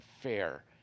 fair